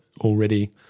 already